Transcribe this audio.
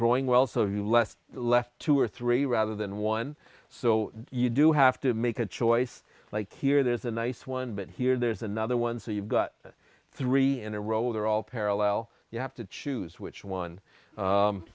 growing well so you less left two or three rather than one so you do have to make a choice like here there's a nice one but here there's another one so you've got three in a row they're all parallel you have to choose which one